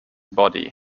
body